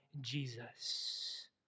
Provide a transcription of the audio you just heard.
Jesus